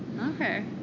Okay